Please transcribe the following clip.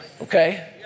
okay